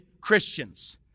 Christians